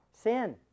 Sin